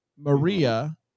maria